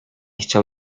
chciał